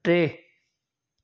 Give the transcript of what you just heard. टे